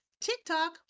TikTok